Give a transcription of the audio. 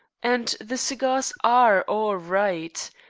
and the cigars are all right.